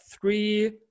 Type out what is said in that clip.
three